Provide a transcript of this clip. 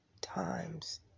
times